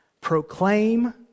proclaim